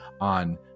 on